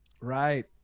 Right